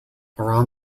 around